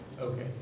Okay